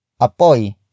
Apoi